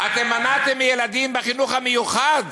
אתם מנעתם מילדים בחינוך המיוחד